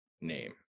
name